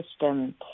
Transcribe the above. system